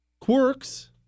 quirks